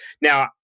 Now